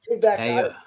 Hey